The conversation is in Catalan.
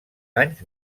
anys